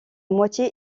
moitié